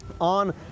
on